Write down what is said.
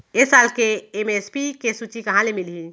ए साल के एम.एस.पी के सूची कहाँ ले मिलही?